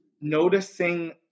noticing